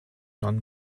non